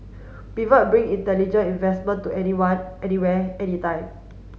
pivot bring intelligent investment to anyone anywhere anytime